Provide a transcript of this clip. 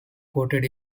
coated